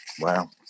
Wow